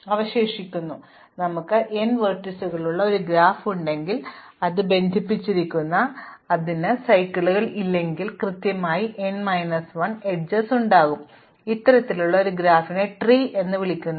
ഇപ്പോൾ നമുക്ക് n വെർട്ടീസുകളുള്ള ഒരു ഗ്രാഫ് ഉണ്ടെങ്കിൽ അത് ബന്ധിപ്പിച്ചിരിക്കുന്നു അതിന് സൈക്കിളുകൾ ഇല്ലെങ്കിൽ അതിന് കൃത്യമായി n മൈനസ് 1 അരികുകൾ ഉണ്ടാകും ഇത്തരത്തിലുള്ള ഒരു ഗ്രാഫിനെ ട്രീ എന്ന് വിളിക്കുന്നു